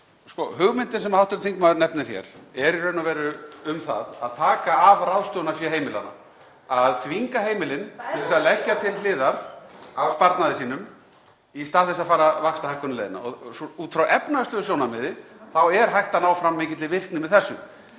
…) Hugmyndin sem hv. þingmaður nefnir hér er í raun og veru um það að taka af ráðstöfunarfé heimilanna, að þvinga heimilin (Gripið fram í.) til að leggja til hliðar af sparnaði sínum í stað þess að fara vaxtahækkunarleiðina. Út frá efnahagslegu sjónarmiði þá er hægt að ná fram mikilli virkni með þessu.